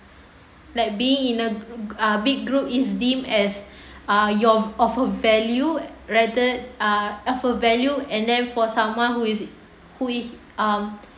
like being in a big group is deem as uh your offer value rather uh offer value and then for someone who is who is um